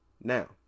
now